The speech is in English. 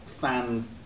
fan